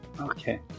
Okay